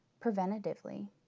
preventatively